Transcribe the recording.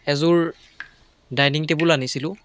এযোৰ dining table আনিছিলোঁ